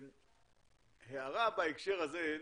ההערה בהקשר הזה,